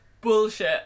bullshit